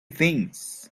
things